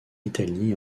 italie